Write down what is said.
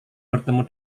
bertemu